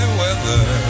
weather